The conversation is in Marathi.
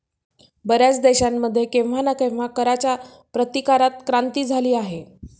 बर्याच देशांमध्ये केव्हा ना केव्हा कराच्या प्रतिकारात क्रांती झाली आहे